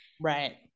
right